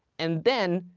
and then,